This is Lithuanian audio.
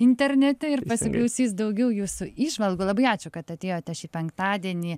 internete ir pasiklausys daugiau jūsų įžvalgų labai ačiū kad atėjote šį penktadienį